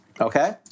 Okay